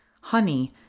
honey